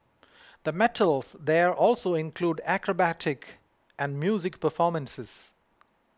the metals there also include acrobatic and music performances